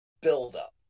buildup